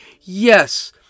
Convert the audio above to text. Yes